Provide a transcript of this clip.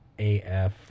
AF